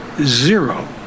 zero